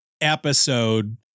episode